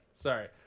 Sorry